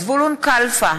אינו נוכח זבולון כלפה,